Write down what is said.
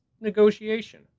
negotiation